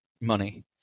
money